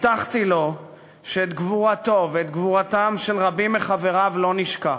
הבטחתי לו שאת גבורתו ואת גבורתם של רבים מחבריו לא נשכח.